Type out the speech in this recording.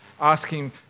asking